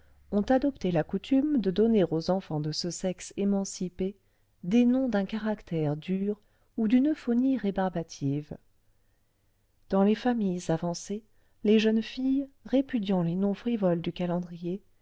ont adopté la coutume de donner aux enfants de ce sexe émancipé des noms d'un caractère dur ou d'une euphonie rébarbative omnibus aerof leche dans les familles avancées les jeunes filles répudiant les noms frivoles du calendrier